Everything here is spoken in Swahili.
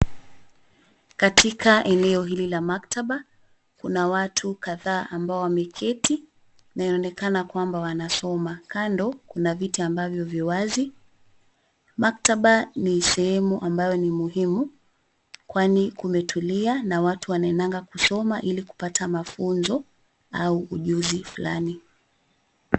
Katika eneo hili la maktaba, kuna watu kadhaa ambao wameketi, na inaonekana kwamba wanasoma. Kando, kuna viti ambavyo vi wazi. Maktaba ni sehemu ambayo ni muhimu, kwani kumetulia na watu wanaendanga kusoma ilikupata mafunzo, au ujuzi fulani.